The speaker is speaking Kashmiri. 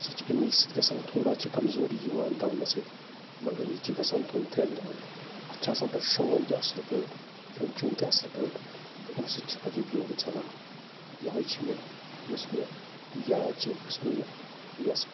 سُہ چھِ اَمی سۭتۍ گژھان تھوڑا چھِ کمزوٗری یِوان دَونہٕ سۭتۍ مگر یہِ چھِ گژھان دۄن ترٛٮ۪ن دۄہَن اَتھ چھِ آسان پَتہٕ شونٛگُن تہِ اَصٕل پٲٹھۍ کھیوٚن چیوٚن تہِ اَصٕل پٲٹھۍ تہٕ اَمہِ سۭتۍ چھُ پَتہٕ یہِ گیوٗر ژَلان یہِ ہَے چھِ مےٚ یُس مےٚ یاد چھِ یۄس مےٚ یہِ ریس کٔر